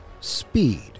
Speed